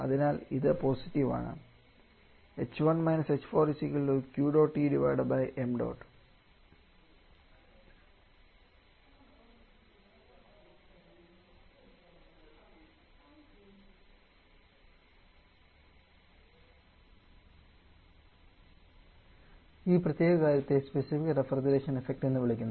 അതിനാൽ ഇത് പോസിറ്റീവ് ആണ് ഈ പ്രത്യേക കാര്യത്തെ സ്പെസിഫിക് റഫ്രിജറേഷൻ ഇഫക്റ്റ് എന്ന് വിളിക്കുന്നു